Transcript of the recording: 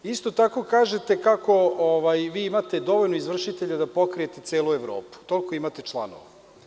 Isto tako kažete kako vi imate dovoljno izvršitelja da pokrijete celu Evropu, toliko imate članova.